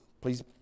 Please